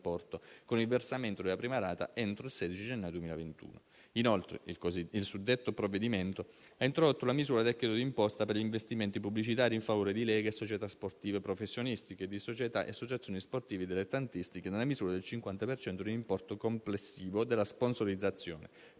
con il versamento della prima rata entro il 16 gennaio 2021. Inoltre, il suddetto provvedimento ha introdotto la misura del credito d'imposta per gli investimenti pubblicitari in favore di leghe e società sportive professionistiche e di società e associazioni sportive dilettantistiche nella misura del 50 per cento dell'importo complessivo della sponsorizzazione